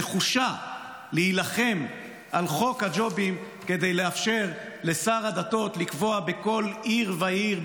נחושה להילחם על חוק הג'ובים כדי לאפשר לשר הדתות לקבוע בכל עיר ועיר,